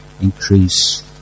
increase